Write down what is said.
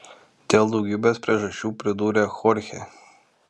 dėl daugybės priežasčių pridūrė chorchė